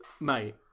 mate